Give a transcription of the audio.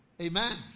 amen